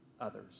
others